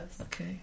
Okay